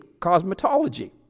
cosmetology